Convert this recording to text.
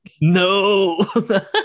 No